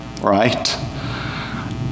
right